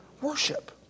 worship